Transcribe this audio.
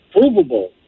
provable